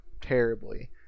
terribly